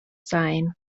sain